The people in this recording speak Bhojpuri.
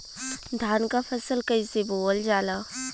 धान क फसल कईसे बोवल जाला?